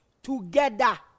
together